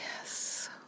Yes